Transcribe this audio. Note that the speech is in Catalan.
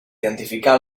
identificar